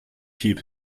keep